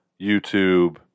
YouTube